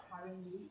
currently